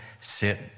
sit